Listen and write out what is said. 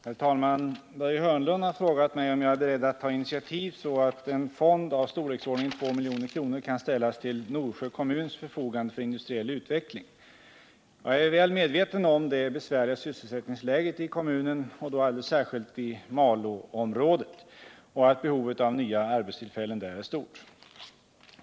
Herr talman! Börje Hörnlund har frågat mig om jag är beredd att ta initiativ så att en fond av storleksordningen 2 milj.kr. kan ställas till Norsjö kommuns förfogande för industriell utveckling. Jag är väl medveten om det besvärliga sysselsättningsläget i kommunen och då alldeles särskilt i Malåområdet och att behovet av nya arbetstillfällen där är stort.